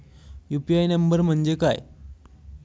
UPI number म्हणजे काय?